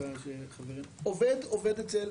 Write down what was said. חברים, עובד עובד אצל